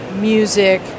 music